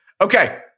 Okay